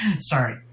Sorry